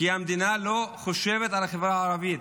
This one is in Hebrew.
כי המדינה לא חושבת על החברה הערבית,